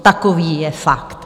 Takový je fakt.